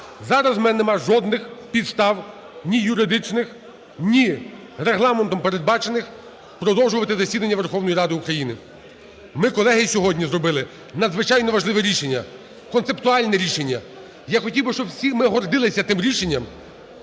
Зараз у мене немає жодних підстав ні юридичних, ні Регламентом передбачених продовжувати засідання Верховної Ради України. Ми, колеги, сьогодні зробили надзвичайно важливе рішення, концептуальне рішення. Я хотів би, щоб всі ми гордилися тим рішенням,